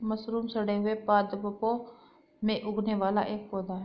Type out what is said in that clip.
mushroom सड़े हुए पादपों में उगने वाला एक पौधा है